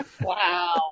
wow